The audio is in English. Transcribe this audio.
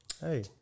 Hey